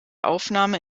aufnahme